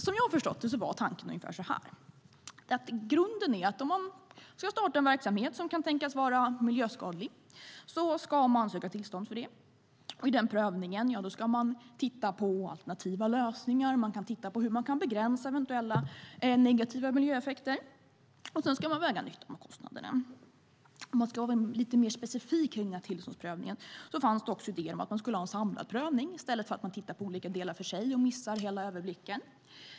Som jag har förstått det var tanken ungefär så här: Grunden är att om man ska starta en verksamhet som kan tänkas vara miljöskadlig ska man söka tillstånd för det. I den prövningen ska alternativa lösningar och möjligheter att begränsa negativa miljöeffekter undersökas och så ska nyttan vägas mot kostnaderna. För att bli lite mer specifik kring tillståndsprövningen fanns det också idéer om att man skulle ha en samlad prövning i stället för att man tittar på olika delar för sig och missar hela överblicken.